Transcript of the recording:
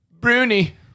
Bruni